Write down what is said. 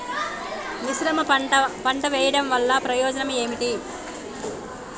మిశ్రమ పంట వెయ్యడం వల్ల ప్రయోజనం ఏమిటి?